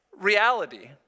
reality